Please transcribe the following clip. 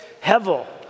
Hevel